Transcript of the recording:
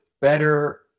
better